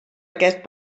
aquest